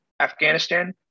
Afghanistan